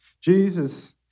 Jesus